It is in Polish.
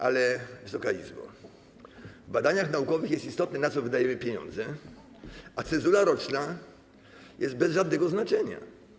Ale, Wysoka Izbo, w badaniach naukowych istotne jest to, na co wydajemy pieniądze, a cenzura roczna jest bez żadnego znaczenia.